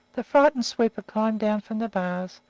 the frightened sweeper climbed down from the bars,